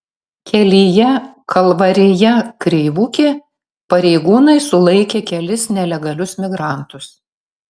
kelyje kalvarija kreivukė pareigūnai sulaikė kelis nelegalius migrantus